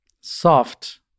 soft